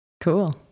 Cool